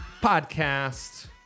Podcast